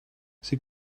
sie